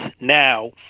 now